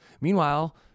meanwhile